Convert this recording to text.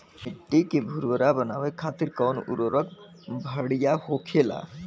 मिट्टी के भूरभूरा बनावे खातिर कवन उर्वरक भड़िया होखेला?